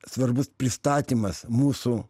svarbus pristatymas mūsų